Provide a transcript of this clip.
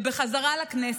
בחזרה לכנסת.